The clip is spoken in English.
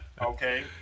Okay